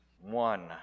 one